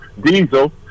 diesel